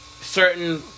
certain